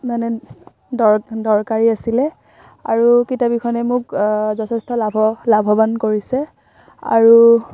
মানে দৰকাৰী আছিলে আৰু কিতাপ কেইখনে মোক যথেষ্ট লাভৱান কৰিছে আৰু